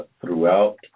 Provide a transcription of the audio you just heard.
throughout